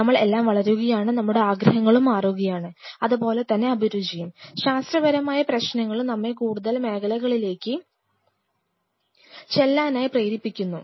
നമ്മൾ എല്ലാം വളരുകയാണ് നമ്മുടെ ആഗ്രഹങ്ങളും മാറുകയാണ് അതു പോലെ തന്നെ അഭിരുചിയും ശാസ്ത്രപരമായ പ്രശ്നങ്ങളും നമ്മെ പുതിയ മേഖലകളിലേക്ക് ചൊല്ലാനായി പ്രേരിപ്പിക്കുന്നു